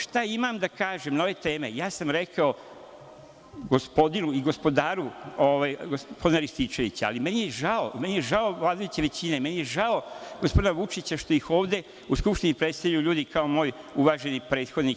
Šta imam da kažem na ove teme ja sam rekao gospodinu i gospodaru gospodina Rističevića, ali meni je žao vladajuće većine, žao mi je gospodina Vučića što ih ovde u Skupštini predstavljaju ljudi kao moj uvaženi prethodnik.